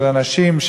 של אנשים,